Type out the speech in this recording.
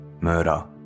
murder